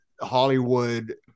Hollywood